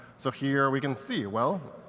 so here we can see, well,